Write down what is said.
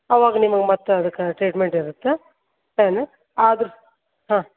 ಅವಾಗ ನಿಮ್ಗೆ ಮತ್ತೆ ಅದಕ್ಕೆ ಟ್ರೀಟ್ಮೆಂಟ್ ಇರುತ್ತೆ ಆದರೂ ಹಾಂ